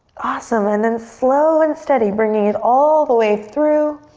awesome. and then slow and steady bringing it all the way through,